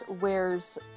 wears